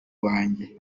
wanjye